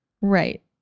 right